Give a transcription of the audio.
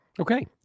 Okay